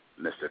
Mr